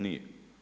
Nije.